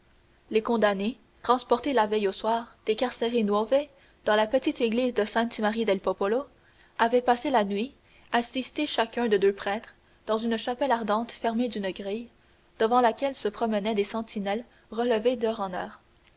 les condamnés transportés la veille au soir des carceri nuove dans la petite église sainte marie del popolo avaient passé la nuit assistés chacun de deux prêtres dans une chapelle ardente fermée d'une grille devant laquelle se promenaient des sentinelles relevées d'heure en heure